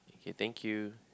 K thank you